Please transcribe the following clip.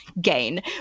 gain